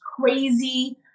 crazy